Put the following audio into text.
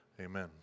Amen